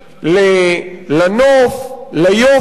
לנוף, ליופי.